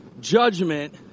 judgment